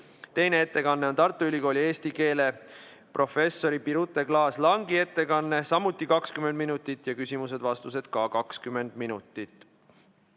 Teine ettekanne on Tartu Ülikooli eesti keele professori Birute Klaas-Langi ettekanne, samuti 20 minutit ja küsimused-vastused kuni 20 minutit.